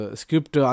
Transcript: script